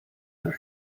their